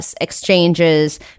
exchanges